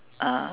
uh